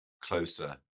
closer